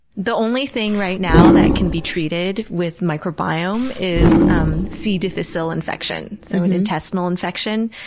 the only thing right now that can be treated with microbiome is um c. difficile infection, so an intestinal infection.